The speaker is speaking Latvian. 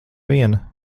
viena